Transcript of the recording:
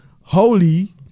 holy